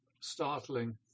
startling